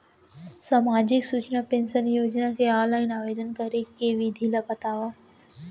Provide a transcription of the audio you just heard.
सामाजिक सुरक्षा पेंशन योजना के ऑनलाइन आवेदन करे के विधि ला बतावव